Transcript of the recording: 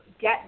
get –